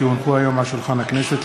כי הונחו היום על שולחן הכנסת,